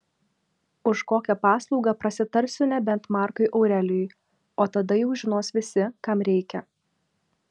už kokią paslaugą prasitarsiu nebent markui aurelijui o tada jau žinos visi kam reikia